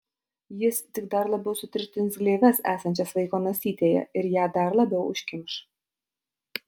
jis tik dar labiau sutirštins gleives esančias vaiko nosytėje ir ją dar labiau užkimš